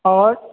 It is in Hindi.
और